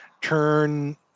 turn